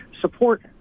support